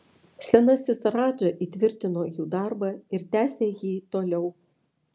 senasis radža įtvirtino jų darbą ir tęsė jį toliau